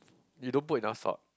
you don't put enough salt